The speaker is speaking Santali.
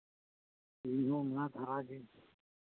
ᱤᱧ ᱦᱚᱸ ᱚᱱᱟ ᱫᱷᱟᱨᱟ ᱜᱮ